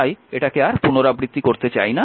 তাই এটাকে আর পুনরাবৃত্তি করতে চাই না